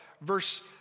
verse